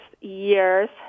years